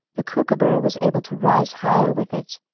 the kookooburra was able to rise higher with it,